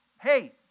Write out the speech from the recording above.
hey